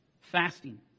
Fasting